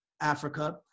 Africa